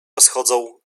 rozchodzą